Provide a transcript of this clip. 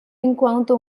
enquanto